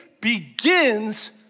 begins